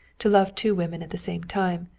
to love two women at the same time.